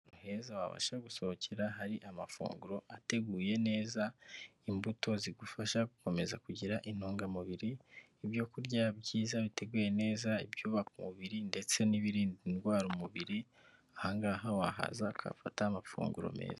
Aheza wabasha gusohokera hari amafunguro ateguye neza. Imbuto zigufasha gukomeza kugira intungamubiri. Ibyokurya byiza biteguye neza: ibyubaka umubiri, ndetse n'ibirinda indwara umubiri. Aha ngaha wahaza ukahafata amafunguro meza.